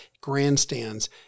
grandstands